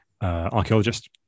archaeologist